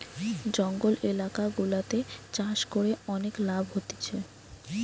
জঙ্গল এলাকা গুলাতে চাষ করে অনেক লাভ হতিছে